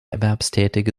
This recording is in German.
erwerbstätige